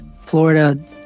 Florida